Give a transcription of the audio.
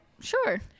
Sure